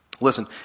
listen